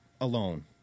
alone